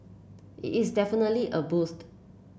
it is definitely a boost